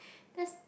that's